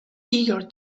eager